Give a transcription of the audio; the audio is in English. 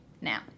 Now